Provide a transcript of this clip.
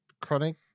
chronic